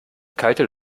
kalte